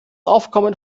aufkommen